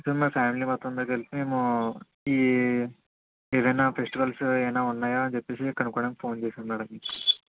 so మా family మొత్తంతో కలిసి మేము ఈ ఏదన్నా ఫెస్టివల్స్ ఏమైనా ఉన్నాయా అని చెప్పేసి కనుక్కోవడానికి ఫోన్ చేశాను మేడం